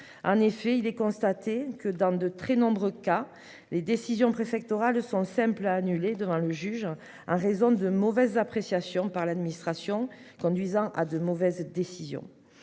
En effet il est constaté que dans de très nombreux cas, les décisions préfectorales sont simples à annuler devant le juge à raison de mauvaises appréciations par l'administration conduisant à de mauvaises. Décision